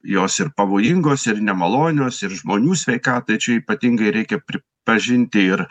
jos ir pavojingos ir nemalonios ir žmonių sveikatai čia ypatingai reikia pripažinti ir